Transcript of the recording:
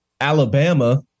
Alabama